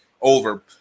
over